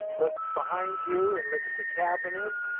look behind you and look at the cabinet.